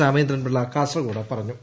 രാമചന്ദ്രൻ പിള്ള കാസർകോട്ട് പറഞ്ഞു